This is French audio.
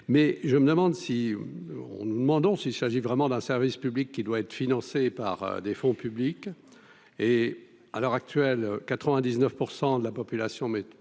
mais je me demande si on nous demandons s'il s'agit vraiment d'un service public qui doit être financé par des fonds publics et à l'heure actuelle 99 % de la population